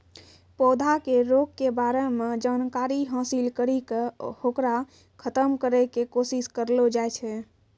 पौधा के रोग के बारे मॅ जानकारी हासिल करी क होकरा खत्म करै के कोशिश करलो जाय छै